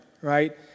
right